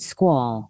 Squall